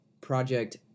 Project